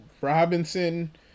Robinson